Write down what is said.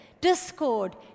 discord